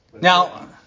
Now